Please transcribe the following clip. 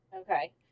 Okay